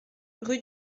rue